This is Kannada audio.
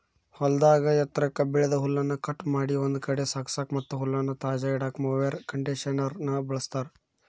ಹೊಲದಾಗ ಎತ್ರಕ್ಕ್ ಬೆಳದ ಹುಲ್ಲನ್ನ ಕಟ್ ಮಾಡಿ ಒಂದ್ ಕಡೆ ಸಾಗಸಾಕ ಮತ್ತ್ ಹುಲ್ಲನ್ನ ತಾಜಾ ಇಡಾಕ ಮೊವೆರ್ ಕಂಡೇಷನರ್ ನ ಬಳಸ್ತಾರ